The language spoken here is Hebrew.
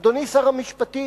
אדוני שר המשפטים,